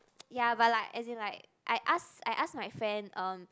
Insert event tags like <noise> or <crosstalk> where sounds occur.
<noise> ya but like as in like I ask I ask my friend um